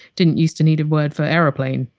didn't used to need a word for airplane,